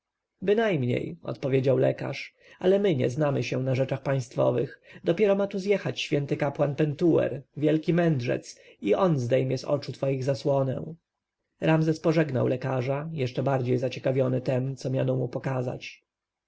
bynajmniej odpowiedział lekarz ale my nie znamy się na rzeczach państwowych dopiero ma tu zjechać święty kapłan pentuer wielki mędrzec i on zdejmie z oczu twoich zasłonę ramzes pożegnał lekarza jeszcze bardziej zaciekawiony tem co miano mu pokazać